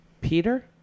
Peter